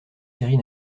séries